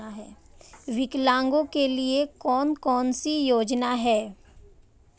विकलांगों के लिए कौन कौनसी योजना है?